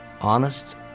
honest